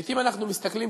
לעתים אנחנו מסתכלים,